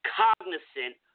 cognizant